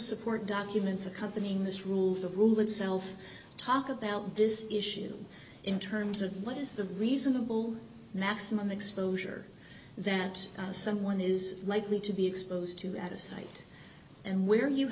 support documents accompanying this rule the rule itself talk about this issue in terms of what is the reasonable maximum exposure that someone is likely to be exposed to at a site and where you